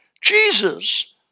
Jesus